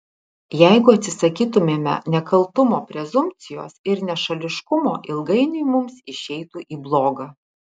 jeigu atsisakytumėme nekaltumo prezumpcijos ir nešališkumo ilgainiui mums išeitų į bloga